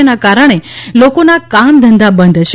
જેના કારણે લોકોના કામધંધા બંધ છે